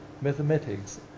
mathematics